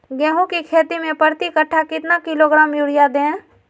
गेंहू की खेती में प्रति कट्ठा कितना किलोग्राम युरिया दे?